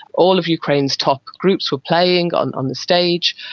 all of ukraine's top groups were playing on on the stage,